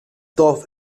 dorf